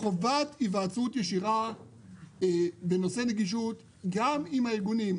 חובת היוועצות ישירה בנושא נגישות גם עם הארגונים,